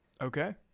Okay